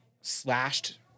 slashed